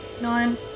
Nine